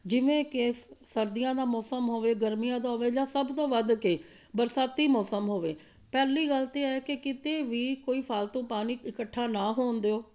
ਜਿਵੇਂ ਕਿ ਸ ਸਰਦੀਆਂ ਦਾ ਮੌਸਮ ਹੋਵੇ ਗਰਮੀਆਂ ਦਾ ਹੋਵੇ ਜਾਂ ਸਭ ਤੋਂ ਵੱਧ ਕੇ ਬਰਸਾਤੀ ਮੌਸਮ ਹੋਵੇ ਪਹਿਲੀ ਗੱਲ ਤਾਂ ਹੈ ਕਿ ਕਿਤੇ ਵੀ ਕੋਈ ਫਾਲਤੂ ਪਾਣੀ ਇਕੱਠਾ ਨਾ ਹੋਣ ਦਿਉ